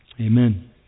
Amen